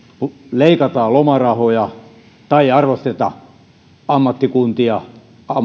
leikataan lomarahoja tai ei arvosteta ammattikuntia